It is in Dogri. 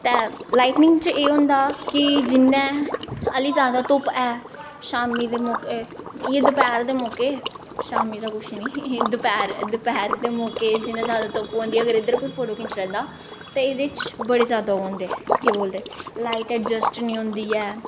ते लाईटनिंग च एह् होंदा कि जियां हल्ली जादा धुप्प ऐ शाम्मी दे मौके इ'यां दोपह्र दे मौके शाम्मी दा कुछ निं दपैह्र दपैह्र दे मौके जिन्नी जादा धुप्प होंदी अगर इद्धर कोई फोटो खिच्ची लैंदा ते एह्दे च बड़े जादा ओह् होंदे केह् बोलदे लाईट अडजैस्ट निं होंदी ऐ